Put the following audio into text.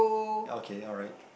okay alright